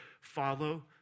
Follow